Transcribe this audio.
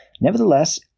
Nevertheless